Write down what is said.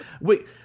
Wait